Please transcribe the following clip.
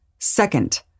Second